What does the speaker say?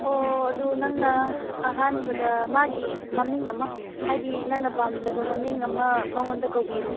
ꯑꯣ ꯑꯗꯨ ꯅꯪꯅ ꯑꯍꯥꯟꯕꯗ ꯃꯥꯒꯤ ꯃꯃꯤꯡ ꯑꯃ ꯍꯥꯏꯗꯤ ꯅꯪꯅ ꯄꯥꯝꯖꯕ ꯃꯃꯤꯡ ꯑꯃ ꯃꯉꯣꯟꯗ ꯀꯧꯕꯤꯔꯣ